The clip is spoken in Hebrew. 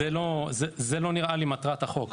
נראה לי שזו לא מטרת הצעת החוק.